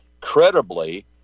credibly